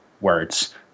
words